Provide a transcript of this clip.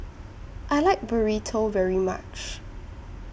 I like Burrito very much